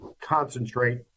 concentrate